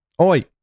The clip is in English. Oi